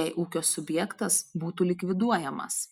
jei ūkio subjektas būtų likviduojamas